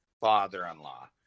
father-in-law